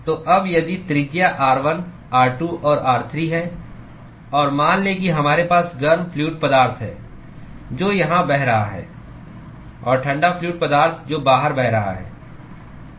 तो अब यदि त्रिज्या r1 r2 और r3 है और मान लें कि हमारे पास गर्म फ्लूअड पदार्थ है जो यहां बह रहा है और ठंडा फ्लूअड पदार्थ जो बाहर बह रहा है